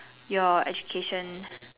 your education